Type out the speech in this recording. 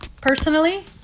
personally